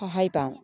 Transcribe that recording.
সহায় পাওঁ